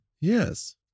Yes